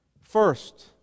first